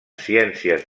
ciències